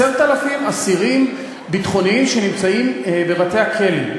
10,000 אסירים ביטחוניים שנמצאים בבתי-הכלא.